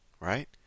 right